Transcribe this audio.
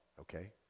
okay